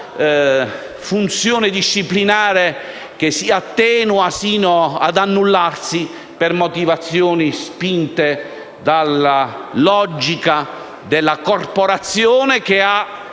una funzione disciplinare che si attenua, sino ad annullarsi, per motivazioni spinte dalla logica della corporazione, che ha